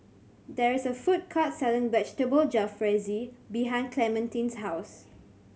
there is a food court selling Vegetable Jalfrezi behind Clementine's house